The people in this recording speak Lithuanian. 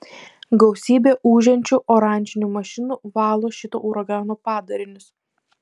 gausybė ūžiančių oranžinių mašinų valo šito uragano padarinius